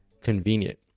convenient